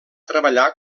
treballar